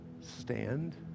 Stand